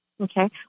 Okay